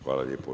Hvala lijepo.